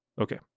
Okay